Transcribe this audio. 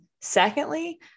Secondly